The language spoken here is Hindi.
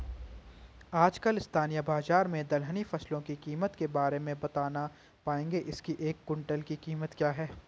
आजकल स्थानीय बाज़ार में दलहनी फसलों की कीमत के बारे में बताना पाएंगे इसकी एक कुन्तल की कीमत क्या है?